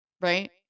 right